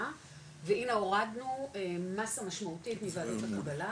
והנה הורדנו מסה משמעותית מוועדות הקבלה